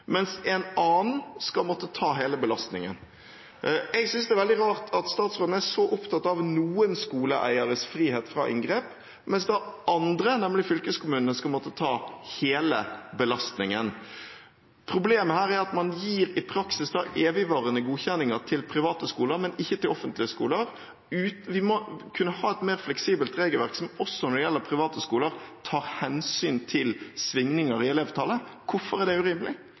mens en annen skal måtte ta hele belastningen. Jeg synes det er veldig rart at statsråden er så opptatt av noen skoleeieres frihet fra inngrep, mens andre, nemlig fylkeskommunene, skal måtte ta hele belastningen. Problemet her er at man i praksis gir evigvarende godkjenninger til private skoler, men ikke til offentlige. Vi må kunne ha et mer fleksibelt regelverk, som også når det gjelder private skoler, tar hensyn til svingninger i elevtallet. Hvorfor er det urimelig?